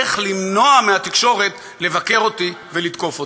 איך למנוע מהתקשורת לבקר אותי ולתקוף אותי.